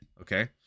okay